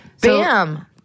Bam